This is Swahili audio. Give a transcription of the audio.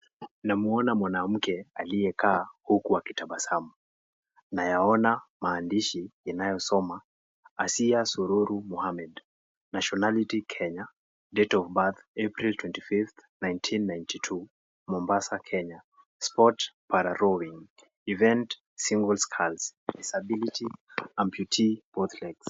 Namuona mwanamuke aliyekaa huku akitabasamu. Nayaona maandishi inayo soma. Asiya Sururu Muhammad, Nationality Kenya. Date of birth April 25, 1992, Mombasa, Kenya. Sport para rowing. Event single skulls disability amputee both legs .